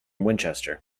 winchester